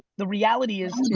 the reality is,